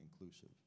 inclusive